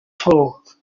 thought